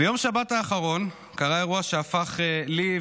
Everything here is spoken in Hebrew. ביום שבת האחרון קרה אירוע שהפך לי,